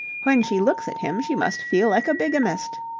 when she looks at him she must feel like a bigamist.